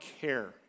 care